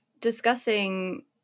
discussing